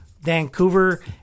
Vancouver